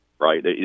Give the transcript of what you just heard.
right